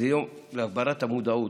יום להגברת המודעות.